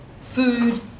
food